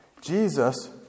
Jesus